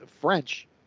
French